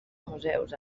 museus